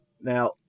Now